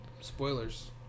Spoilers